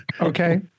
okay